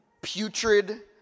putrid